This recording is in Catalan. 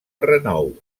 renou